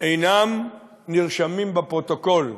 אינם נרשמים בפרוטוקול,